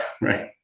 right